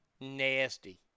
Nasty